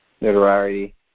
notoriety